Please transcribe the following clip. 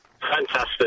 Fantastic